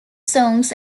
songs